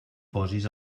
posis